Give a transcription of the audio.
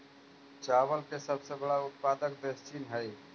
चावल के सबसे बड़ा उत्पादक देश चीन हइ